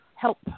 Help